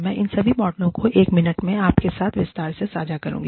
मैं इन सभी मॉडलों को एक मिनट में आपके साथ विस्तार से साझा करूंगा